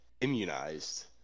immunized